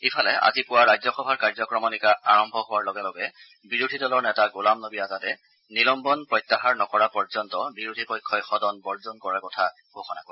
ইফালে আজি পুৱা ৰাজ্য সভাৰ কাৰ্যক্ৰমণিকা আৰম্ভ হোৱাৰ লগে লগে বিৰোধী দলৰ নেতা গোলম নবী আজাদে নিলম্বন প্ৰত্যাহাৰ নকৰা পৰ্যন্ত বিৰোধী পক্ষই সদন বৰ্জন কৰাৰ কথা ঘোষণা কৰে